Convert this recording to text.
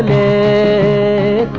a